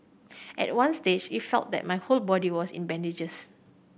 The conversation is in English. at one stage it felt like my whole body was in bandages